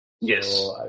Yes